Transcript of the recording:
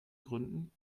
gründen